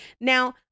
Now